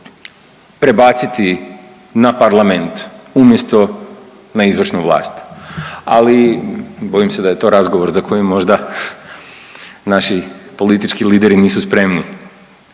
prebaciti na parlament umjesto na izvršnu vlast, ali bojim se da je to razgovor za koji možda naši politički lideri nisu spremni.